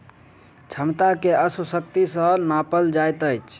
क्षमता के अश्व शक्ति सॅ नापल जाइत अछि